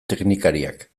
teknikariak